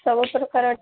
ସବୁ ପ୍ରକାର